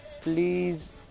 Please